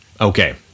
Okay